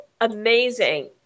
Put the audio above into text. amazing